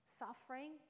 suffering